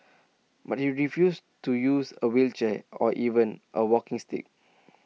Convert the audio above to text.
but he refused to use A wheelchair or even A walking stick